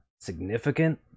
significant